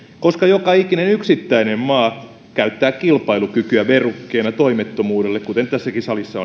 koska joka ikinen yksittäinen maa käyttää kilpailukykyä verukkeena toimettomuudelle kuten tässäkin salissa